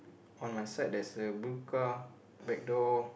on my side there's a blue car back door